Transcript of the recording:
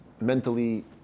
mentally